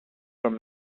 mecca